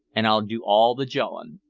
an' i'll do all the jawin'.